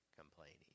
complaining